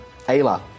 Ayla